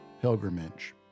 pilgrimage